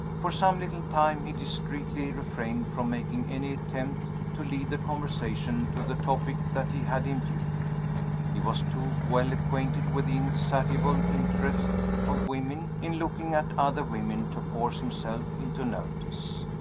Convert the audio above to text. for some little time he discreetly refrained from making any attempt to lead the conversation to the topic that he had in view. he was too well acquainted with the insatiable interest of women in looking at other women to force himself into notice.